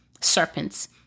serpents